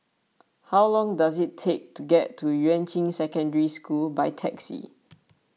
how long does it take to get to Yuan Ching Secondary School by taxi